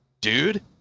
dude